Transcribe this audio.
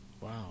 wow